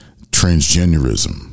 transgenderism